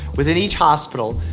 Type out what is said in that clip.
within each hospital,